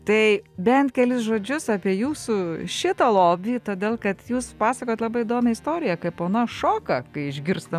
tai bent kelis žodžius apie jūsų šitą lobį todėl kad jūs pasakojot labai įdomią istoriją kaip ona šoka kai išgirsta